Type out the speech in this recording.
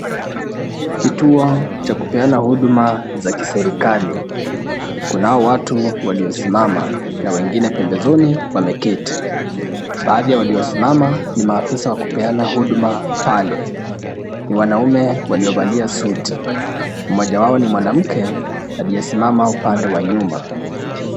Kituo cha kupeana huduma za kiserikali, kunao watu waliosimama na wengine pembezoni wameketi, baadhi ya waliosimama ni maafisa wakupeana huduma pale, ni wanaume waliovalia suti, mmoja wao ni mwanamke aliyesimama upande wa nyuma.